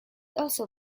also